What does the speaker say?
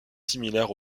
similaire